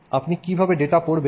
আপনি কীভাবে ডেটা পড়বেন